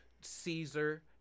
Caesar